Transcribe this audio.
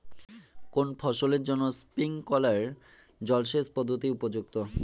কোন ফসলের জন্য স্প্রিংকলার জলসেচ পদ্ধতি উপযুক্ত?